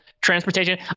transportation